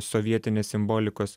sovietinės simbolikos